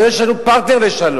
הרי יש לנו פרטנר לשלום.